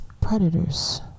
predators